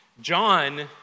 John